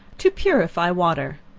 to purify water.